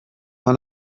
mal